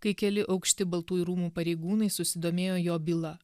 kai keli aukšti baltųjų rūmų pareigūnai susidomėjo jo byla